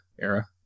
era